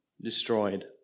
destroyed